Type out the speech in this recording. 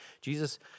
Jesus